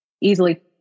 easily